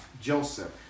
Joseph